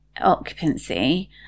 occupancy